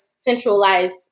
centralized